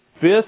Fifth